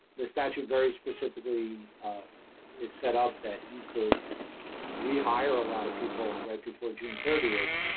the statute very specifically is set up that you could rehire a lot of people right before june thirtieth.